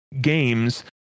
games